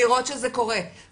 לראות שזה קורה,